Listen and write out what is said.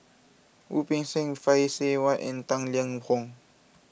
Wu Peng Seng Phay Seng Whatt and Tang Liang Hong